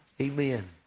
Amen